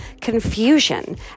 confusion